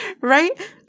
right